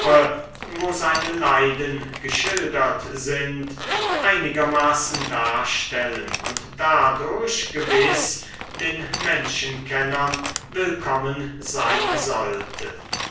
wo seine leiden geschildert sind einigermaßen darstellen und dadurch gewiß den menschenkennern willkommen sein sollte